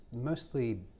mostly